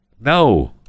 no